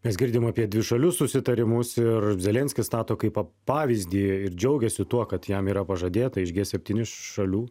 mes girdim apie dvišalius susitarimus ir zelenskis stato kaip pavyzdį ir džiaugiasi tuo kad jam yra pažadėta iš g septyni šalių